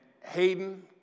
Hayden